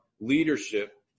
leadership